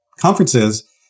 conferences